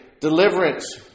deliverance